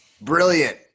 Brilliant